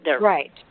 Right